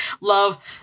love